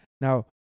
Now